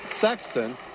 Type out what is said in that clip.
Sexton